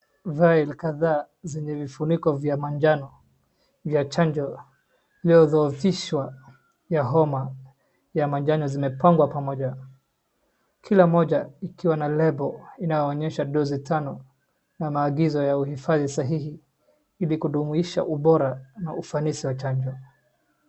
Vile kadhaa zenye vifuniko vya manjano vya chanjo ya homa ya manjano, zimepangwa pamoja kila moja ikiwa na label inayoonyesha dosi tano na maagizo ya uhifadhi zikiwa sahihi hivi kudumisha ubora na ufanisi wa chanjo.